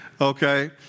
okay